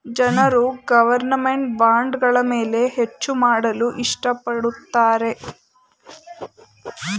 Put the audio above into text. ಜನರು ಗೌರ್ನಮೆಂಟ್ ಬಾಂಡ್ಗಳ ಮೇಲೆ ಹೆಚ್ಚು ಮಾಡಲು ಇಷ್ಟ ಪಡುತ್ತಾರೆ